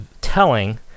telling